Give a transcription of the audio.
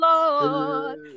Lord